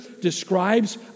describes